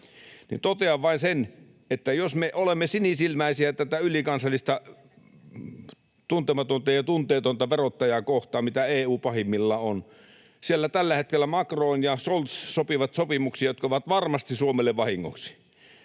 Totean vain, että jos me olemme sinisilmäisiä tätä ylikansallista tuntematonta ja tunteetonta verottajaa kohtaan, mitä EU pahimmillaan on... Siellä tällä hetkellä Macron ja Scholz sopivat sopimuksia, jotka ovat varmasti Suomelle vahingoksi.